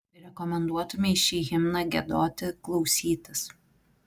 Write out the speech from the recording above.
rekomenduotumei šį himną giedoti klausytis